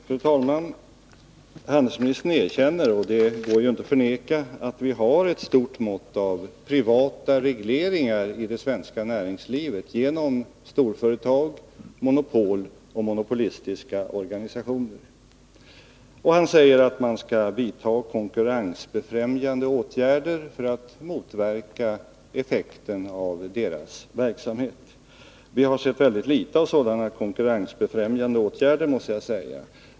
Fru talman! Handelsministern erkänner — och det går inte att förneka — att vi har ett stort mått av privata regleringar i det svenska näringslivet genom storföretag, monopol och monopolistiska organisationer. Han säger att konkurrensbefrämjande åtgärder skall vidtas för att motverka effekten av deras verksamhet. Vi har sett väldigt litet av sådana konkurrensbefrämjande åtgärder, måste jag säga.